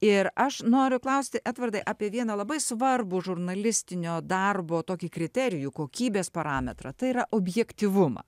ir aš noriu klausti edvardai apie vieną labai svarbų žurnalistinio darbo tokį kriterijų kokybės parametrą tai yra objektyvumą